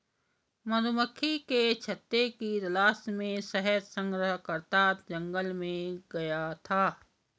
मधुमक्खी के छत्ते की तलाश में शहद संग्रहकर्ता जंगल में गया था